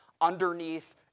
underneath